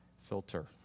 filter